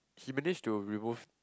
he manage to remove